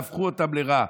והפכו אותן לרעה.